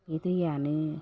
बे दैयानो